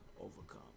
overcome